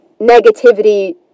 negativity